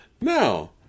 now